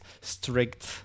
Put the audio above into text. strict